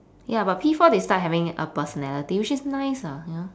ya but P four they start having a personality which is nice ah ha